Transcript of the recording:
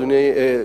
אדוני,